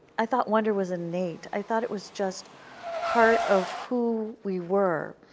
i thought wonder was innate. i thought it was just part of who we were.